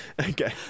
Okay